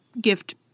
gift